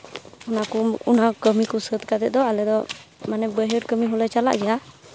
ᱚᱱᱟ ᱠᱚ ᱚᱱᱟ ᱠᱟᱹᱢᱤ ᱠᱚ ᱥᱟᱹᱛ ᱠᱟᱛᱮᱫ ᱫᱚ ᱟᱞᱮ ᱫᱚ ᱢᱟᱱᱮ ᱵᱟᱹᱭᱦᱟᱹᱲ ᱠᱟᱹᱢᱤ ᱦᱚᱸᱞᱮ ᱪᱟᱞᱟᱜ ᱜᱮᱭᱟ